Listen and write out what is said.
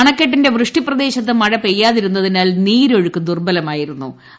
അണക്കെട്ടിന്റെ വൃഷ്ടിപ്രദ്ദേശത്ത് മഴ പെയ്യാതിരുന്നതിനാൽ നീരൊഴുക്കു ദുർബലമായിരുന്നു്